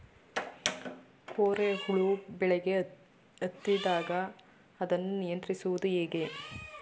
ಕೋರೆ ಹುಳು ಬೆಳೆಗೆ ಹತ್ತಿದಾಗ ಅದನ್ನು ನಿಯಂತ್ರಿಸುವುದು ಹೇಗೆ?